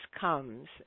comes